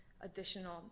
additional